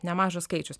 nemažas skaičius